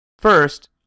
First